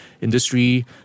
industry